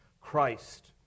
Christ